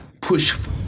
push